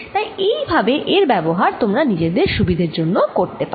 তাই এই ভাবে এর ব্যবহার তোমরা নিজেদের সুবিধার জন্য করতে পারো